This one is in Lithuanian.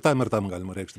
tam ir tam galima reikšti